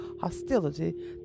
hostility